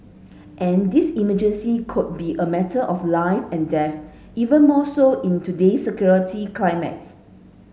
and this emergency could be a matter of life and death even more so in today's security climates